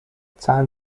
zahlen